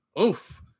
Oof